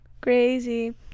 Crazy